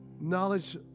knowledge